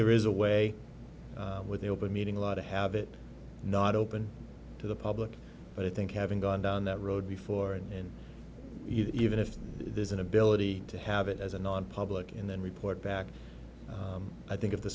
there is a way with the open meeting a lot of have it not open to the public but i think having gone down that road before and even if there's an ability to have it as a nonpublic and then report back i think of the